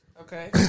Okay